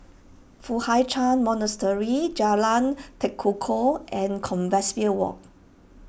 Foo Hai Ch'an Monastery Jalan Tekukor and Compassvale Walk